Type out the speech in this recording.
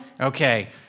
Okay